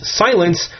silence